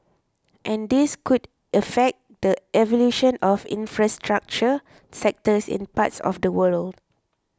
and this could affect the evolution of infrastructure sectors in parts of the world